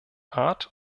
art